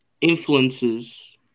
influences